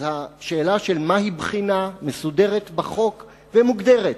אז השאלה של מהי בחינה מסודרת בחוק ומוגדרת.